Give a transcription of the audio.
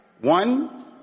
One